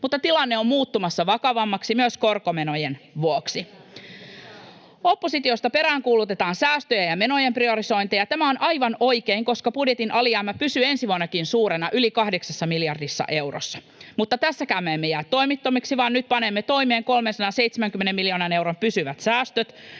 Historiaan jää ministeri Saarikko kyllä!] Oppositiosta peräänkuulutetaan säästöjä ja menojen priorisointia. Tämä on aivan oikein, koska budjetin alijäämä pysyy ensi vuonnakin suurena, yli 8 miljardissa eurossa, mutta tässäkään me emme jää toimettomiksi, vaan nyt panemme toimeen 370 miljoonan euron pysyvät säästöt.